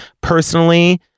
Personally